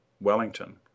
Wellington